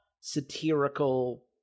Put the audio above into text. satirical